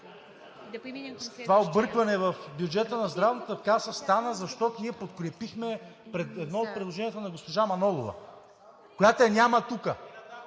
това объркване в бюджета на Здравната каса стана, защото ние подкрепихме едно от предложенията на госпожа Манолова, която я няма тука,